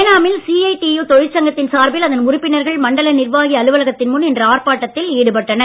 ஏனாமில் தொழிற்சங்கத்தின் சார்பில் சிஐடியு அதன் உறுப்பினர்கள் மண்டல நிர்வாகி அலுவலகத்தின் முன் இன்று ஆர்ப்பாட்டத்தில் ஈடுபட்டனர்